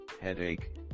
headache